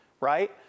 right